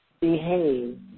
behave